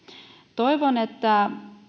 toivon että